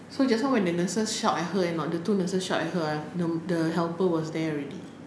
so just now when the nurses shout at her and not the two nurses shout at her ah the the helper was there already